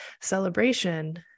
celebration